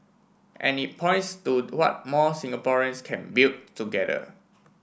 and it points to what more Singaporeans can build together